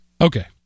Okay